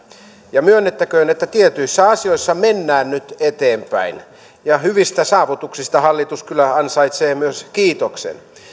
ja myönnettäköön että tietyissä asioissa mennään nyt eteenpäin ja hyvistä saavutuksista hallitus kyllä ansaitsee myös kiitoksen